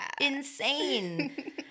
Insane